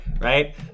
right